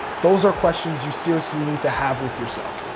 those are questions you seriously need to have with yourself.